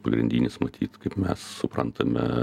pagrindinis matyt kaip mes suprantame